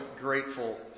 grateful